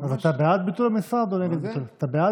אז אתה בעד ביטול המשרד או נגד ביטול המשרד?